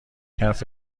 حرف